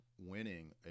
winning